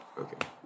Okay